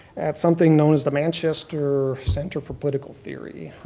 at something known as the manchester center for political theory,